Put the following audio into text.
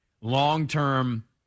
long-term